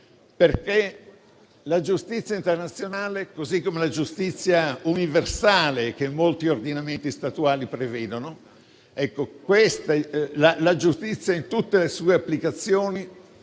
umani. La giustizia internazionale, infatti, così come la giustizia universale che molti ordinamenti statuali prevedono, la giustizia in tutte le sue applicazioni,